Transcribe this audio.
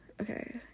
Okay